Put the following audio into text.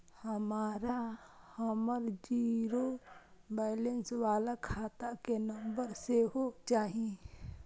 हमरा हमर zero balance बाला खाता के नम्बर सेहो चाही